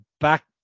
back